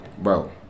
bro